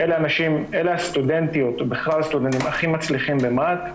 אלה הסטודנטיות ובכלל הסטודנטים הכי מצליחים במה"ט,